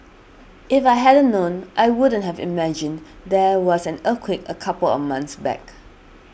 if I hadn't known I wouldn't have imagined there was an earthquake a couple of months back